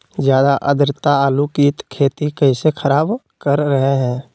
ज्यादा आद्रता आलू की खेती कैसे खराब कर रहे हैं?